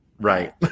Right